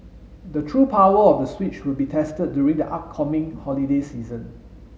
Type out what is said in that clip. the true power of the Switch would be tested during the upcoming holiday season